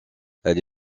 elle